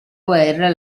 guerra